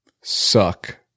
suck